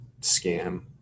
scam